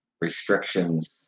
restrictions